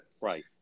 Right